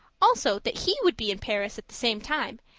also, that he would be in paris at the same time,